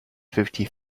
fifty